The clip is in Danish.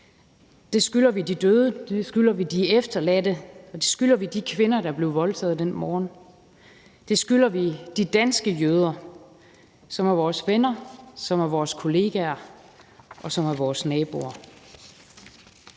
det skylder vi de efterladte, og det skylder vi de kvinder, der blev voldtaget den morgen. Det skylder vi de danske jøder, som er vores venner, som er vores